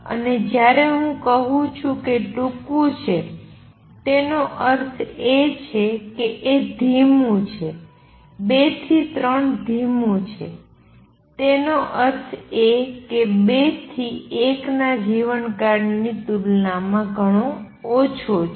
અને જ્યારે હું કહું છુ ટૂંકું છે તેનો અર્થ છે કે એ ધીમું છે ૨ થી 3 ધીમું છે તેનો અર્થ એ કે ૨ થી ૧ ના જીવનકાળની તુલનામાં ઘણો ઓછો છે